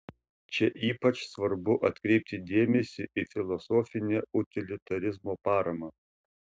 čia ypač svarbu atkreipti dėmesį į filosofinę utilitarizmo paramą